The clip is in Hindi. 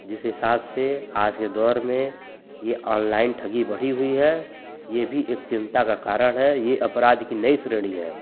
जिस हिसाब से आज के दौर में यह ऑनलाइन ठगी बढ़ी हुई है यह भी एक चिन्ता का कारण है यह अपराध की नई श्रेणी है